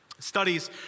studies